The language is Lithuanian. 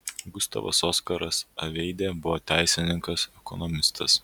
gustavas oskaras aveidė buvo teisininkas ekonomistas